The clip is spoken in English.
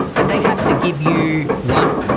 that they have to give you one,